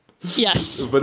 Yes